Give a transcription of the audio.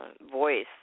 voice